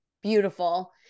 Beautiful